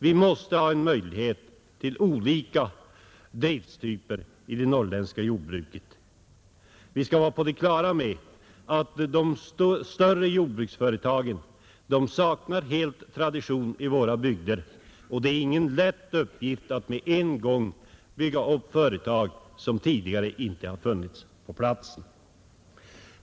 Vi måste ha en möjlighet till olika driftstyper i det norrländska jordbruket. Vi skall vara på det klara med att de större jordbruksföretagen helt saknar tradition i våra bygder, och det är ingen lätt uppgift att med en gång bygga upp företag som tidigare inte har funnits på platsen.